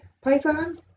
python